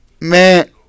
man